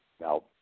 Now